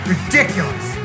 Ridiculous